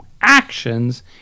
actions